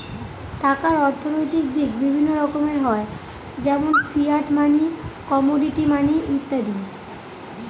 টাকার অর্থনৈতিক দিক বিভিন্ন রকমের হয় যেমন ফিয়াট মানি, কমোডিটি মানি ইত্যাদি